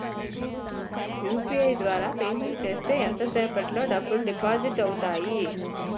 UPI ద్వారా payment చేస్తే ఎంత సేపటిలో డబ్బులు డిపాజిట్ అవుతాయి?